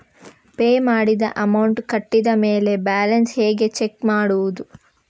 Pay ಮಾಡಿದ amount ಕಟ್ಟಿದ ಮೇಲೆ ಬ್ಯಾಲೆನ್ಸ್ ಹೇಗೆ ಚೆಕ್ ಮಾಡುವುದು?